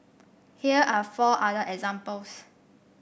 here are four other examples